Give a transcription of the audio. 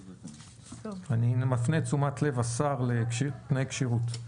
אני מפנה את תשומת לב השר לתנאי כשירות.